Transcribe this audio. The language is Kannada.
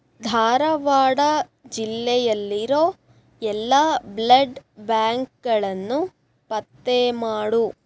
ಧಾರವಾಡ ಜಿಲ್ಲೆಯಲ್ಲಿರೋ ಎಲ್ಲ ಬ್ಲಡ್ ಬ್ಯಾಂಕ್ಗಳನ್ನು ಪತ್ತೆ ಮಾಡು